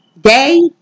day